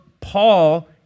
Paul